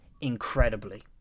incredibly